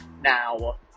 Now